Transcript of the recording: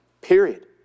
Period